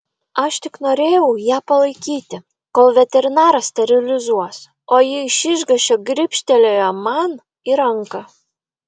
aš tik norėjau ją palaikyti kol veterinaras sterilizuos o ji iš išgąsčio gribštelėjo man į ranką